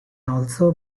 also